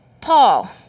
Paul